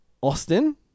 Austin